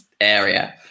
area